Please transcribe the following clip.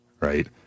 right